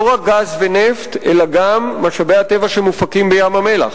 לא רק גז ונפט אלא גם משאבי הטבע שמופקים בים-המלח.